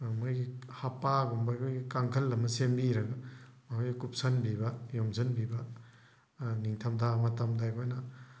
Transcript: ꯃꯣꯏꯒꯤ ꯍꯞꯄꯥꯒꯨꯝꯕ ꯑꯩꯈꯣꯏꯒꯤ ꯀꯥꯡꯈꯜ ꯑꯃ ꯁꯦꯝꯕꯤꯔꯒ ꯃꯣꯏ ꯀꯨꯞꯁꯤꯟꯕꯤꯕ ꯌꯣꯝꯖꯟꯕꯤꯕ ꯅꯤꯡꯊꯝꯊꯥ ꯃꯇꯝꯗ ꯑꯩꯈꯣꯏꯅ